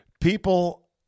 People